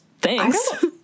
thanks